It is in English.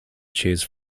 choose